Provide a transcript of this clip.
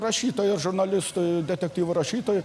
rašytojui žurnalistui detektyvų rašytojui